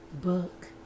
book